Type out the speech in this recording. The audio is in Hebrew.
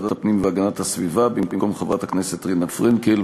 הפנים והגנת הסביבה במקום חברת הכנסת רינה פרנקל,